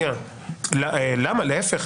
להפך,